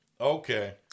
Okay